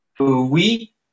Oui